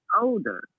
older